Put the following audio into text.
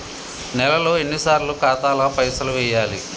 నెలలో ఎన్నిసార్లు ఖాతాల పైసలు వెయ్యాలి?